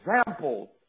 example